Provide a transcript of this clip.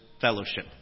fellowship